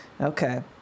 okay